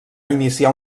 iniciar